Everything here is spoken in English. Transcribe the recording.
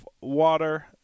water